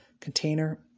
container